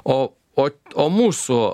o o o mūsų